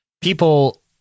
people